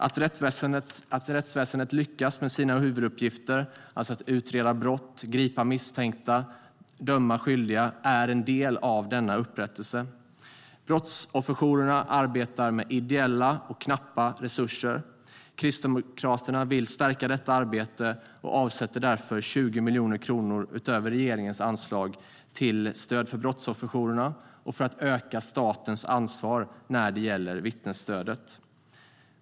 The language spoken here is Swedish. Att rättsväsendet lyckas med sina huvuduppgifter, alltså att utreda brott, gripa misstänkta och döma skyldiga, är en del av denna upprättelse. Brottsofferjourerna arbetar med ideella och knappa resurser. Kristdemokraterna vill stärka detta arbete och avsätter därför 20 miljoner kronor utöver regeringens anslag till stöd för brottsofferjourerna och för att öka statens ansvar när det gäller vittnesstödet.